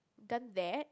done that